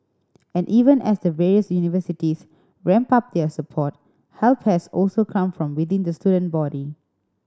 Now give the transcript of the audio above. and even as the various universities ramp up their support help has also come from within the student body